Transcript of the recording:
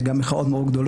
והיו גם מחאות מאוד גדולות.